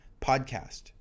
podcast